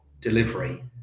delivery